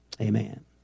amen